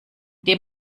dem